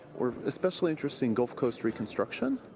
we're especially interested in gulf coast reconstruction,